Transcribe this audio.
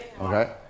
Okay